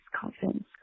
confidence